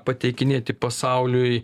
pateikinėti pasauliui